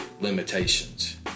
limitations